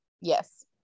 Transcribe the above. Yes